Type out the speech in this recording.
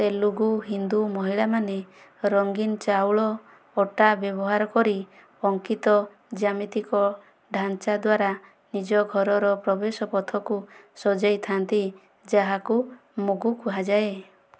ତେଲୁଗୁ ହିନ୍ଦୁ ମହିଳାମାନେ ରଙ୍ଗୀନ ଚାଉଳ ଅଟା ବ୍ୟବହାର କରି ଅଙ୍କିତ ଜ୍ୟାମିତିକ ଢାଞ୍ଚା ଦ୍ୱାରା ନିଜ ଘରର ପ୍ରବେଶ ପଥକୁ ସଜାଇଥାନ୍ତି ଯାହାକୁ ମୁଗୁ କୁହାଯାଏ